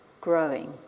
growing